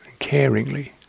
caringly